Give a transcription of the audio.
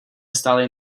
stály